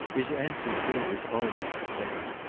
his answer too was always the same.